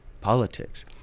politics